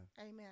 Amen